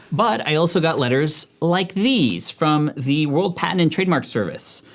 but, i also got letters like these from the world patent and trademark service,